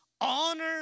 honor